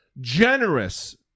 generous